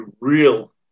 real